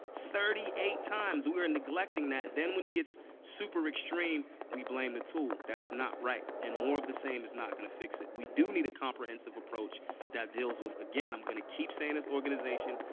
thirty eight times. we're and neglecting that. then when he gets super-extreme, we blame the tool. that's not right. and more of the same is not gonna fix it. we do need a comprehensive approach that deals with again, i'm gonna keep saying this organization.